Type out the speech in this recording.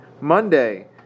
Monday